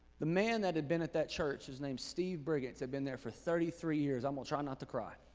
the man that had been at that church, his name's steve briggs had been there for thirty three years. i um will try not to cry.